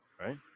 Right